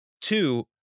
Two